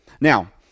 now